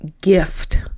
gift